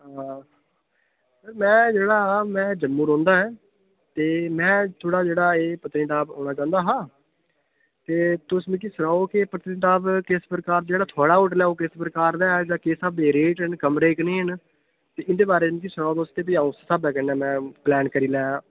हां सर जेह्ड़ा मैं जम्मू रौंह्दा आं ते मैं थोह्ड़ा जेह्ड़ा एह् पत्नीटाप औना चांह्दा हा ते तुस मिकी सनाओ कि पत्नीटाप किस प्रकार जेह्ड़ा थुआढ़ा होटल ऐ ओह् किस प्रकार दा ऐ ओह्दे किस स्हाबै दे रेट न कमरे कनेह् न ते इं'दे बारे मिकी सनाओ तुस ते फ्ही अ'ऊं उस स्हाबै कन्नै मैं प्लान करी लैं